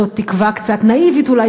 זאת תקווה קצת נאיבית אולי,